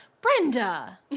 Brenda